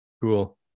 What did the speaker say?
Cool